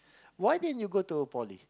why didn't you go to poly